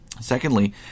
Secondly